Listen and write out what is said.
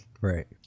Right